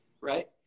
Right